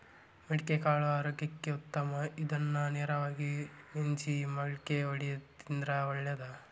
ಮಡಿಕಿಕಾಳು ಆರೋಗ್ಯಕ್ಕ ಉತ್ತಮ ಇದ್ನಾ ನೇರಾಗ ನೆನ್ಸಿ ಮಳ್ಕಿ ವಡ್ಸಿ ತಿಂದ್ರ ಒಳ್ಳೇದ